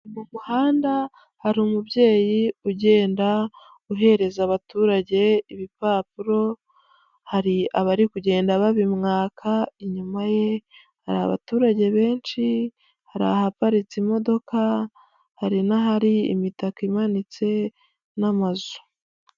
Mu muhanda hari umubyeyi ugenda uhereza abaturage ibipapuro, hari abari kugenda babimwaka, inyuma ye hari abaturage benshi, hari ahaparitse imodoka, hari n'ahari imitaka imanitse n'amazu.